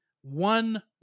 one